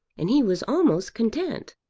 and he was almost content.